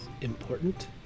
important